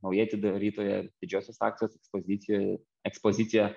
naujai atidarytoje didžiosios akcijos ekspozicijoj ekspozicija